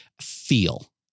feel